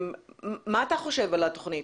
מה אתה חושב על התוכנית?